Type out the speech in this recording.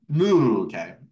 okay